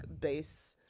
base